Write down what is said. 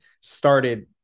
started